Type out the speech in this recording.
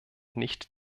nicht